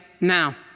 now